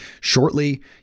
shortly